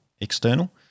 external